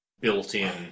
built-in